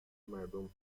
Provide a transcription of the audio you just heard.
مردم